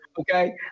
Okay